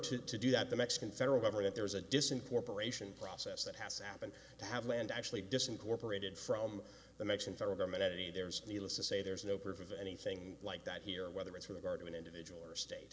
to to do that the mexican federal government there is a distant corporation process that has happened to have land actually distant cooperated from the mexican federal government at any there's needless to say there's no proof of anything like that here whether it's from the guard of an individual or state